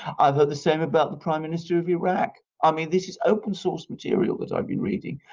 i've heard the same about the prime minister of iraq. i mean this is open source material that i've been reading,